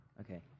Okay